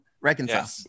Reconcile